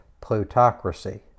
plutocracy